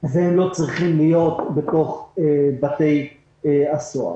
והם לא צריכים להיות בתוך בתי הסוהר.